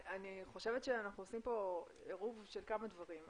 אני חושבת שאנחנו עושים פה עירוב של כמה דברים.